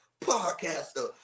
podcaster